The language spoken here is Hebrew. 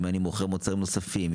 אם אני מוכר מוצרים נוספים,